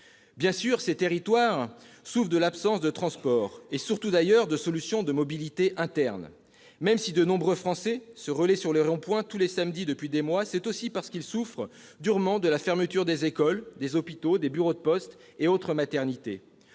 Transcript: Bien sûr, ces territoires souffrent de l'absence de transports, et surtout d'ailleurs de solutions de mobilités internes. Cependant, si de nombreux Français se relaient sur les ronds-points tous les samedis depuis des mois, c'est aussi parce qu'ils souffrent durement de la fermeture des écoles, des hôpitaux, des bureaux de poste et autres maternités.